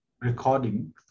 recording